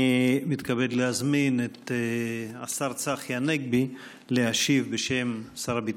אני מתכבד להזמין את השר צחי הנגבי להשיב בשם שר הביטחון.